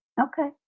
Okay